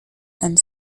and